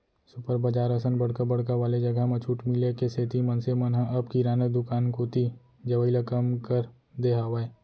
super बजार असन बड़का बड़का वाले जघा म छूट मिले के सेती मनसे मन ह अब किराना दुकान कोती जवई ल कम कर दे हावय